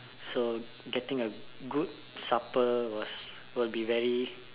so getting a good supper was will be very